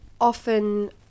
often